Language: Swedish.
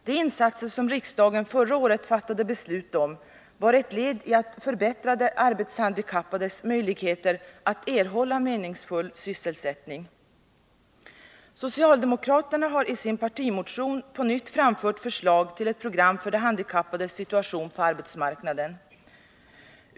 De insatser som riksdagen förra året fattade beslut om var ett led i att förbättra de arbetshandikappades möjligheter att erhålla meningsfull sysselsättning. Socialdemokraterna har i sin partimotion ånyo framfört förslag till ett program för de handikappades situation på arbetsmarknaden.